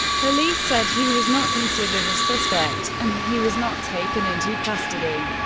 police said he was not considered a suspect, and he was not taken into custody.